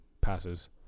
passes